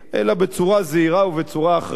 אלא בצורה זהירה ובצורה אחראית,